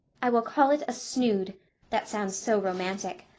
i will call it a snood that sounds so romantic.